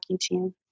team